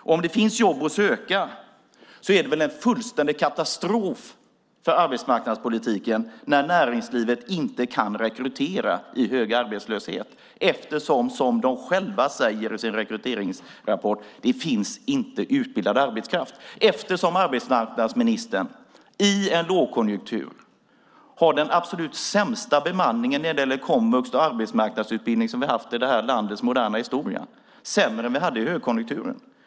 Om det finns jobb att söka är det väl en fullständig katastrof för arbetsmarknadspolitiken när näringslivet inte kan rekrytera i tider av hög arbetslöshet eftersom, som de själva säger i sin rekryteringsrapport, det inte finns utbildad arbetskraft. Det beror på att arbetsmarknadsministern i en lågkonjunktur har den absolut sämsta bemanningen när det gäller komvux och arbetsmarknadsutbildning som vi har haft i det här landets moderna historia, sämre än vi hade under högkonjunkturen.